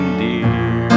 dear